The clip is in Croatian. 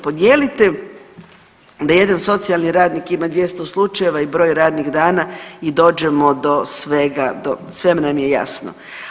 Podijelite da jedan socijalni radnik ima 200 slučajeva i broj radnih dana i dođemo do svega, sve nam je jasno.